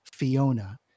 Fiona